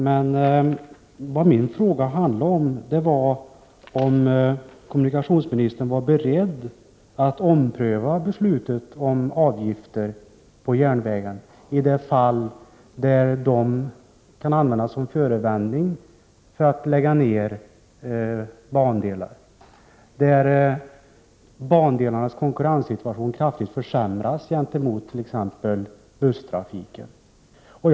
Men min fråga gällde huruvida kommunikationsministern var beredd att ompröva beslutet om avgifter på järnvägen i de fall då dessa kan användas som förevändning för att lägga ner bandelar och där bandelarnas konkurrenssituation gentemot t.ex. busslinjerna kraftigt försämras.